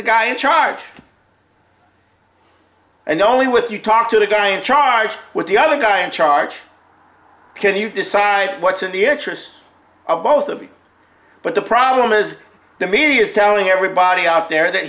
the guy in charge and only with you talk to the guy in charge with the other guy in charge can you decide what's in the extras of both of you but the problem is the media is telling everybody out there that